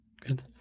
good